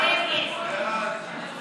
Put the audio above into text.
ההסתייגות (256) של חבר הכנסת